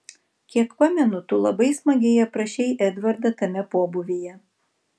kiek pamenu tu labai smagiai aprašei edvardą tame pobūvyje